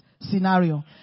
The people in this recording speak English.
scenario